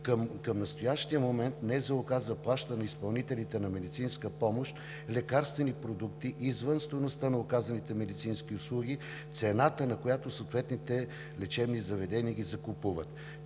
Към настоящия момент НЗОК заплаща на изпълнителите на медицинска помощ лекарствени продукти извън стойността на оказаните медицински услуги цената, на която съответните лечебни заведения ги закупуват.